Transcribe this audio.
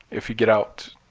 if you get out